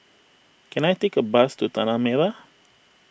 can I take a bus to Tanah Merah